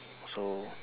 so